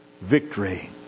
victory